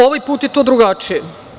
Ovaj put je to drugačije.